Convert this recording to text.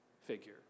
figure